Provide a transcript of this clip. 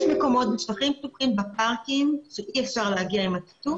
יש מקומות בשטחים פתוחים בפארקים שאי-אפשר להגיע עם הטאטוא.